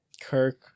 Kirk